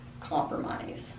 compromise